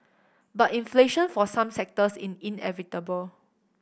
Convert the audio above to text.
but inflation for some sectors is inevitable